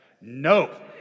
No